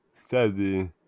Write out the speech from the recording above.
steady